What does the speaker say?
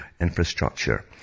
infrastructure